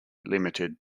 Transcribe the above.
limited